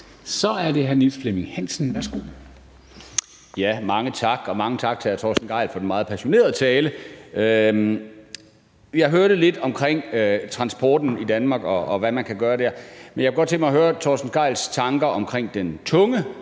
Kl. 19:23 Niels Flemming Hansen (KF): Tak, og mange tak til hr. Torsten Gejl for den meget passionerede tale. Jeg hørte lidt om transporten i Danmark, og hvad man kan gøre der, men jeg kunne godt tænke mig at høre Torsten Gejls tanker om den tunge